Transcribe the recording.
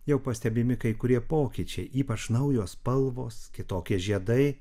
jau pastebimi kai kurie pokyčiai ypač naujos spalvos kitokie žiedai